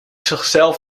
zichzelf